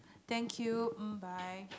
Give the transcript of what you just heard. thank you um bye